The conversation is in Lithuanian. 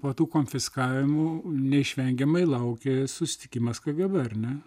po tų konfiskavimų neišvengiamai laukė susitikimas kgb ar ne